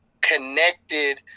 connected